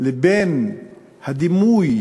לבין הדימוי